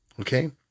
Okay